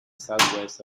southwest